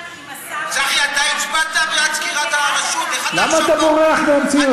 ועכשיו אתם בוכים?